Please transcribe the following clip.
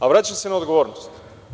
Vraćam se na odgovornost.